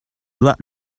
light